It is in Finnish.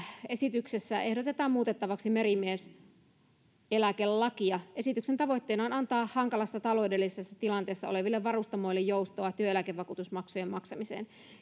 esityksessä ehdotetaan muutettavaksi merimieseläkelakia esityksen tavoitteena on antaa hankalassa taloudellisessa tilanteessa oleville varustamoille joustoa työeläkevakuutusmaksujen maksamiseen